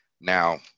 Now